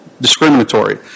discriminatory